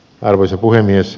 arvoisa puhemies